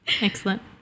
Excellent